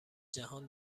جهان